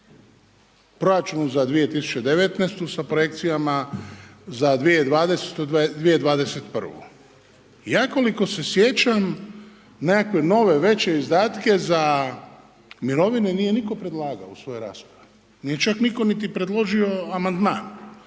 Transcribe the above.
proračunu za 2019. sa projekcijama za 2020., 2021. Ja koliko se sjećam nekakve nove, veće izdatke za mirovine nije nitko predlagao u svojoj raspravi, nije čak nitko niti predložio amandman.